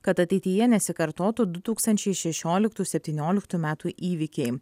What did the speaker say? kad ateityje nesikartotų du tūkstančiai šešioliktų septynioliktų metų įvykiai